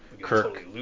Kirk